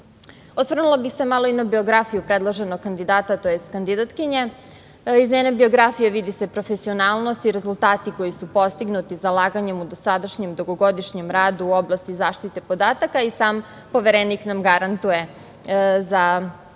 prava. Osvrnula bih se malo i na biografiju predloženog kandidata, tj. kandidatkinje. Iz njene biografije vidi se profesionalnost i rezultati koji su postignuti zalaganjem u dosadašnjem dugogodišnjem radu u oblasti zaštite podataka i sam Poverenik nam garantuje za izbor, tj.